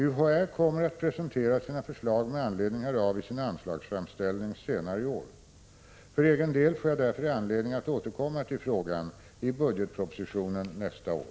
UHÄ kommer att presentera sina förslag med anledning härav isin anslagsframställning senare i år. För egen del får jag därför anledning att återkomma till frågan i budgetpropositionen nästa år.